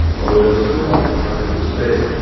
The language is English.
ah words too often uttered in despair.